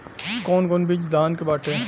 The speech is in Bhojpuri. कौन कौन बिज धान के बाटे?